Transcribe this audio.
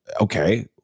okay